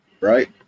right